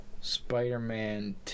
Spider-Man